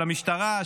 של המשטרה,